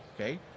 okay